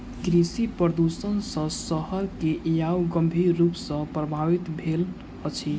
कृषि प्रदुषण सॅ शहर के वायु गंभीर रूप सॅ प्रभवित भेल अछि